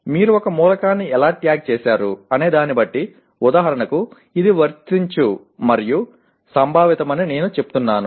మీరు ఒక మూలకాన్ని ఎలా ట్యాగ్ చేసారు అనే దాన్ని బట్టి ఉదాహరణకు ఇది వర్తించు మరియు సంభావితమని నేను చెప్తున్నాను